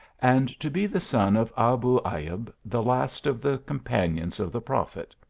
and to be the son of abu ayub, the last of the companions of the prophet.